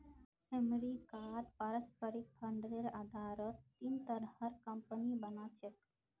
अमरीकात पारस्परिक फंडेर आधारत तीन तरहर कम्पनि बना छेक